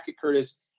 Curtis